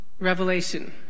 Revelation